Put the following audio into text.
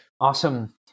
awesome